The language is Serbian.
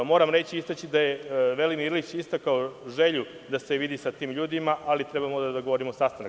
Moram reći i istaći da je Velimir Ilić istakao želju da se vidi sa tim ljudima, ali trebamo da dogovorimo sastanak.